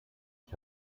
ich